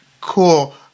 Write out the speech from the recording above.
cool